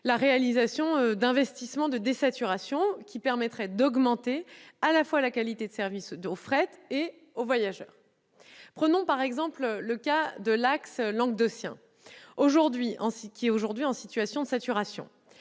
la réalisation d'investissements de désaturation qui permettra d'augmenter à la fois la qualité de service destiné au fret et aux voyageurs. Prenons l'exemple de l'axe languedocien, qui est aujourd'hui en situation de saturation.